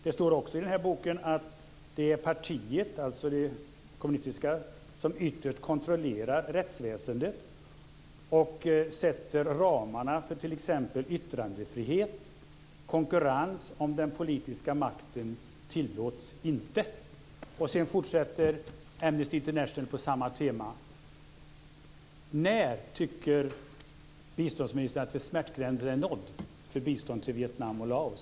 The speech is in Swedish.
Det står också i boken att det är partiet, alltså det kommunistiska, som ytterst kontrollerar rättsväsendet och sätter ramarna för t.ex. yttrandefrihet. Konkurrens om den politiska makten tillåts inte. Sedan fortsätter Amnesty International på samma tema. När tycker biståndsministern att smärtgränsen är nådd för bistånd till Vietnam och Laos?